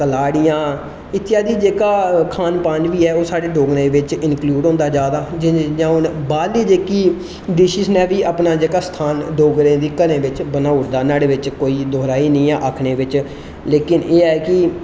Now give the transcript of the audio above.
कलाड़ियां इत्थै आखदे जेह्का खान पान बी ऐ ओह् साढ़े डोगरें दे बिच्च इनक्लूयड होंदा जारदा जि'यां जि'यां हून बाह्रली जेह्की डिशिज ना उ'नें बी जेह्का स्थान डोगरें दे घरें बिच बनाई ओड़े दा नुआढ़े बिच कोई दो राए नेईं ऐ आखने बिच लेकिन एह् है कि